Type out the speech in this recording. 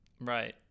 Right